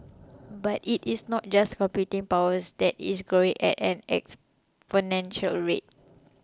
but it is not just computing power that is growing at an exponential rate